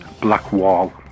Blackwall